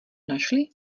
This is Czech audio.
našli